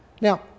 Now